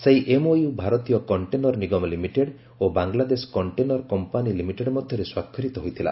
ସେହି ଏମ୍ଓୟ ଭାରତୀୟ କକ୍ଷେନର ନିଗମ ଲିମିଟେଡ ଓ ବାଂଲାଦେଶ କଣ୍ଟେନର କମ୍ପାନି ଲିମିଟେଡ୍ ମଧ୍ୟରେ ସ୍ୱାକ୍ଷରିତ ହୋଇଥିଲା